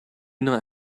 not